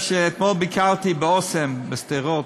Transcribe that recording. אתמול ביקרתי ב"אסם" בשדרות.